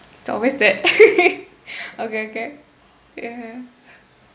it's always that okay okay (uh huh)